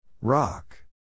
Rock